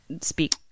speak